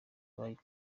bahise